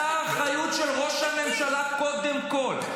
חוסר אחריות של ראש הממשלה, קודם כול.